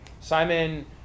Simon